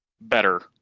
better